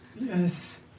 Yes